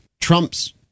Trump's